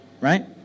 Right